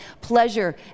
pleasure